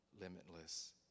limitless